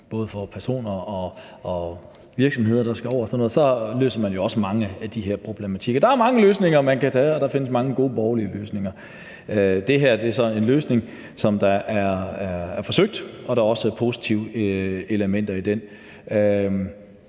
både for personer og for virksomheder. Så løser man jo også mange af de her problematikker. Der er jo mange løsninger, man kan vælge, og der findes mange gode borgerlige løsninger. Det her er så en løsning, som er blevet forsøgt, og der er også postive elementer i den.